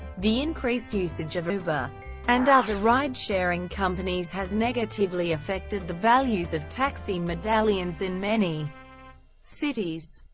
the increased usage of uber and other ride-sharing companies has negatively affected the values of taxi medallions in many cities.